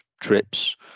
trips